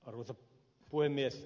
arvoisa puhemies